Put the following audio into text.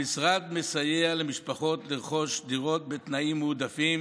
המשרד מסייע למשפחות לרכוש דירות בתנאים מועדפים